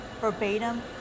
verbatim